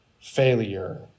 failure